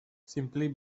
simply